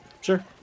Sure